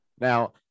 now